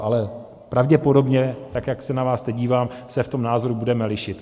Ale pravděpodobně, tak jak se na vás teď dívám, se v tom názoru budeme lišit.